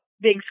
big